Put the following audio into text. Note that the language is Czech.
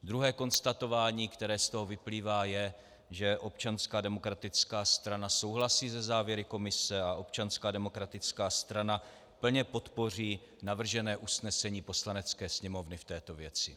Druhé konstatování, které z toho vyplývá, je, že Občanská demokratická strana souhlasí se závěry komise a Občanská demokratická strana plně podpoří navržené usnesení Poslanecké sněmovny v této věci.